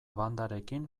bandarekin